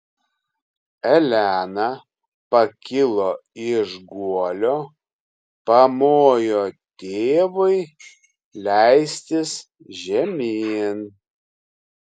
elena pakilo iš guolio pamojo tėvui leistis žemyn